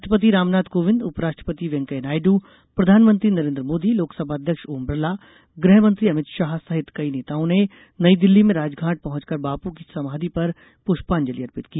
राष्ट्रपति रामनाथ कोविन्द उपराष्ट्रपति वैकेया नायड़ प्रधानमंत्री नरेन्द्र मोदी लोकसभा अध्यक्ष ओम बिरला गृहमंत्री अमित शाह सहित कई नेताओं ने नई दिल्ली में राजघाट पहुंचकर बापू की समाधि पर पुष्पांजलि अर्पित की